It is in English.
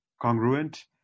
congruent